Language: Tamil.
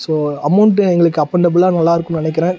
ஸோ அமௌண்ட்டு எங்களுக்கு அப்பண்டபிளாக நல்லா இருக்குன்னு நினக்கிறேன்